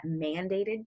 mandated